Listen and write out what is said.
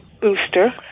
booster